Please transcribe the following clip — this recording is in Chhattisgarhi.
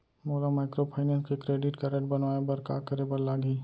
मोला माइक्रोफाइनेंस के क्रेडिट कारड बनवाए बर का करे बर लागही?